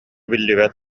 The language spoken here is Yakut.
биллибэт